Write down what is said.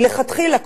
מלכתחילה,